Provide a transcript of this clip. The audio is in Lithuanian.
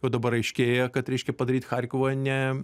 jau dabar aiškėja kad reiškia padaryt charkivą ne